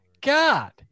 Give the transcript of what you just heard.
God